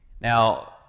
Now